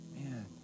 man